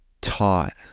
taught